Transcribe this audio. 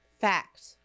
Fact